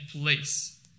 place